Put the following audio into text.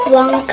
one